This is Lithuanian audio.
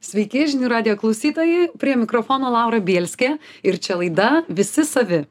sveiki žinių radijo klausytojai prie mikrofono laura bielskė ir čia laida visi savi